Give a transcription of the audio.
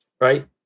right